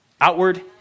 outward